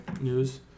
news